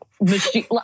machine